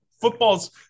Football's –